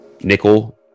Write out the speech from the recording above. nickel